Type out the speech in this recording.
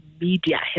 media